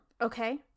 Okay